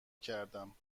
کردم